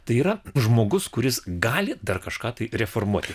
tai yra žmogus kuris gali dar kažką tai reformuoti